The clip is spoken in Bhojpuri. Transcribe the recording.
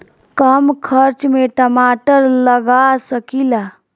कम खर्च में टमाटर लगा सकीला?